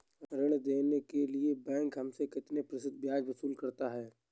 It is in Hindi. ऋण देने के लिए बैंक हमसे कितना प्रतिशत ब्याज वसूल करता है?